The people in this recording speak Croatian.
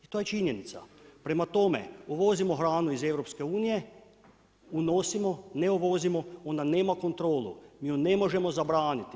To je činjenica, prema tome uvozimo hranu iz EU, unosimo, ne uvozimo, ona nema kontrolu, mi ju ne možemo zabraniti.